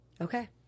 Okay